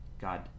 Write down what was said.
God